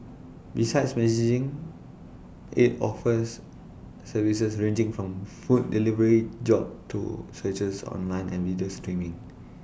besides messaging IT offers services ranging from food delivery job to searches online and video streaming